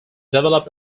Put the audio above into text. deployed